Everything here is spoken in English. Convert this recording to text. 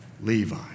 Levi